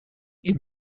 این